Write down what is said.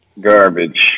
garbage